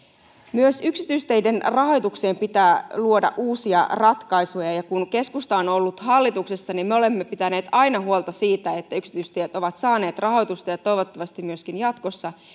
myös yksityisteiden rahoitukseen pitää luoda uusia ratkaisuja ja ja kun keskusta on ollut hallituksessa niin me olemme pitäneet aina huolta siitä että yksityistiet ovat saaneet rahoitusta ja ja toivottavasti myöskin jatkossa